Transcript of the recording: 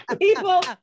people